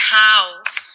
house